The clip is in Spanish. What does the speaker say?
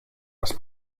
las